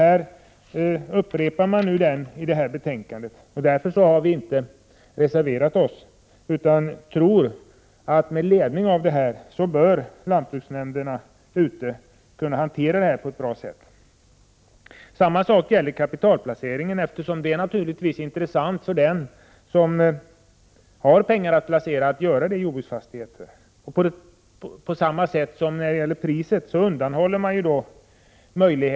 Den upprepas nu i detta betänkande, och därför har vi inte reserverat oss. Med ledning av detta bör lantbruksnämnderna ute i landet kunna hantera problemet på ett bra sätt. Detsamma gäller även för kapitalplacering, eftersom det för den som har pengar att placera naturligtvis är intressant att göra det i jordbruksfastigheter. Precis som när det gäller priset undanhålls då möjligheten för aktiva Prot.